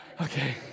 okay